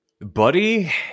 Buddy